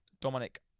Dominic